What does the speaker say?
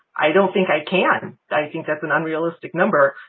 i don't think i can. i think that's an unrealistic number.